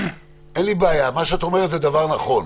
אין לי בעיה, ומה שאת אומרת זה דבר נכון.